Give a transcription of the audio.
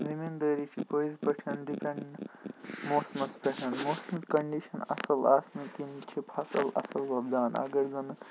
زَمیٖنٛدٲری چھُ پٔزۍ پٲٹھۍ ڈِپینٛڈ موسمَس پیٚٹھ موسمٕچ کَنٛڈِشَن اَصٕل آسنہٕ کِنۍ چھِ فَصل اَصٕل وۄپدان اَگَر زَن